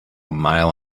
mile